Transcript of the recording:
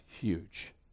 huge